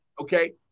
Okay